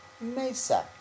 mesa